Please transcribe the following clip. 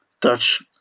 touch